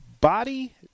Body